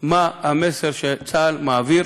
מה המסר שצה"ל מעביר